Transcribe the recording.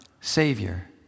Savior